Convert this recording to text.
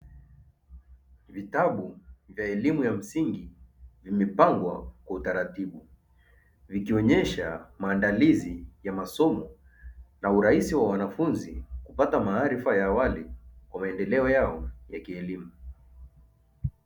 Vitabu vya elimu ya msingi vimepangwa kwa utaratibu, vikionyesha maandalizi ya masomo na urahisi wa wanafunzi kupata maarifa ya awali ya maendeleo yao ya kielimu.